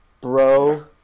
bro